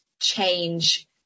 change